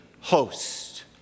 host